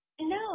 No